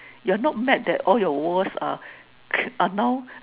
you are not mad that all your walls are are now